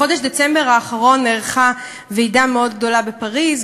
בחודש דצמבר האחרון נערכה ועידה מאוד גדולה בפריז,